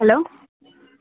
hello